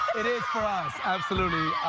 it is for us, absolutely.